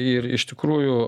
ir iš tikrųjų